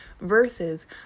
versus